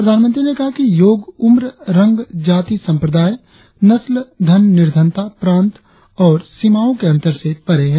प्रधानमंत्री ने कहा कि योग उम्र रंग जाति संप्रदाय नस्ल धन निर्धनता प्रांत और सीमाओं के अंतर से परे है